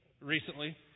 recently